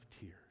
tears